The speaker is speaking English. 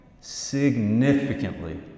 Significantly